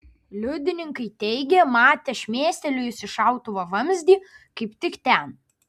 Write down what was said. liudininkai teigė matę šmėstelėjusį šautuvo vamzdį kaip tik ten